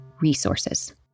resources